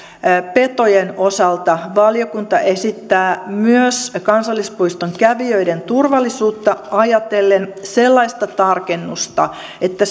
petojen osalta valiokunta esittää myös kansallispuiston kävijöiden turvallisuutta ajatellen sellaista tarkennusta että